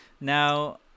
Now